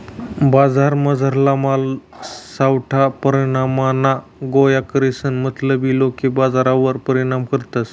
बजारमझारला माल सावठा परमाणमा गोया करीसन मतलबी लोके बजारवर परिणाम करतस